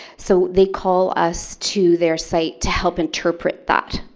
so they call us to their site to help interpret that.